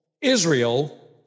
Israel